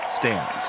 stands